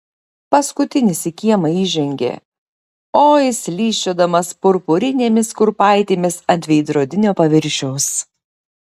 paskutinis į kiemą įžengė oi slysčiodamas purpurinėmis kurpaitėmis ant veidrodinio paviršiaus